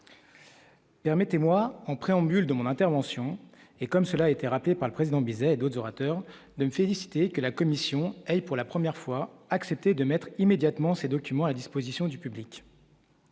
Permettez-moi, en préambule de mon intervention et comme cela a été rappelé par le président Bizet d'autres orateurs même félicité que la commission, elle, pour la première fois accepté de mettre immédiatement ces documents à disposition du public